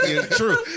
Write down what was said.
True